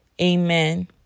Amen